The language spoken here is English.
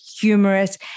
humorous